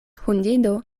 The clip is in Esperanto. hundido